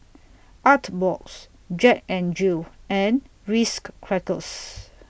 Artbox Jack N Jill and Risk Crackers